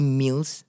meals